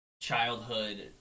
childhood